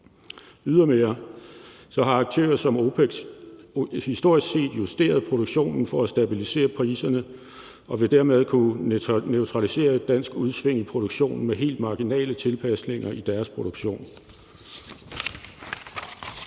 Ydermere har aktører som OPEC historisk set justeret produktionen for at stabilisere priserne og vil dermed kunne neutralisere et dansk udsving i produktionen med helt marginale tilpasninger i deres produktion.